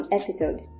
episode